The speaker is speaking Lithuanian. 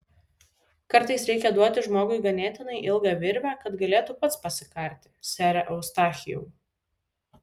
kartais reikia duoti žmogui ganėtinai ilgą virvę kad galėtų pats pasikarti sere eustachijau